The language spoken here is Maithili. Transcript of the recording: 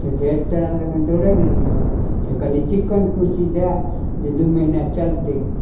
तऽ फेर तोरा लगन दौड़ल एलियै हँ तऽ कनि चिकन कुर्सी दै जे दू महिना चलतै